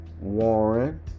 Warren